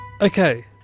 Okay